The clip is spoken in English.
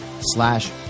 slash